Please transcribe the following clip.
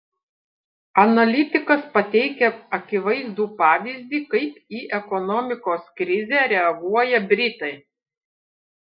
analitikas pateikia akivaizdų pavyzdį kaip į ekonomikos krizę reaguoja britai